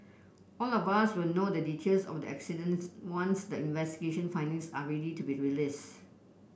all of us will know the details of the accidents once the investigation findings are ready to be released